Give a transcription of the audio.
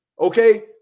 Okay